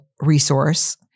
resource